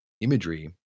imagery